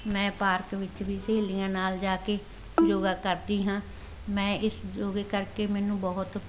ਮੈਂ ਪਾਰਕ ਵਿੱਚ ਵੀ ਸਹੇਲੀਆਂ ਨਾਲ ਜਾ ਕੇ ਯੋਗਾ ਕਰਦੀ ਹਾਂ ਮੈਂ ਇਸ ਯੋਗੇ ਕਰਕੇ ਮੈਨੂੰ ਬਹੁਤ